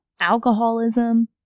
alcoholism